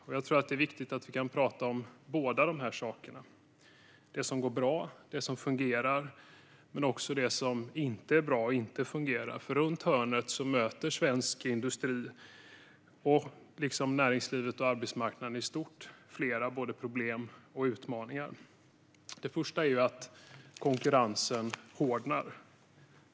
Det är viktigt att vi kan prata om båda dessa saker, både det som går bra och fungerar och det som inte är bra och inte fungerar, för runt hörnet möter svensk industri liksom näringslivet och arbetsmarknaden i stort flera problem och utmaningar. Det främsta är att konkurrensen hårdnar.